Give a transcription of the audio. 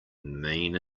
mean